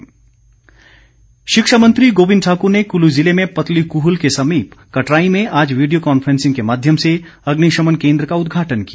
गोविंद ठाकुर शिक्षा मंत्री गोविंद ठाक्र ने कुल्लू जिले में पतलीकृहल के समीप कटराईं में आज वीडियो कांफ्रेंसिंग के माध्यम से अग्निशमन केंद्र का उदघाटन किया